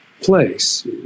place